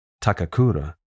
Takakura